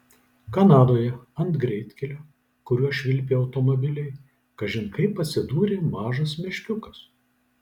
kanadoje ant greitkelio kuriuo švilpė automobiliai kažin kaip atsidūrė mažas meškiukas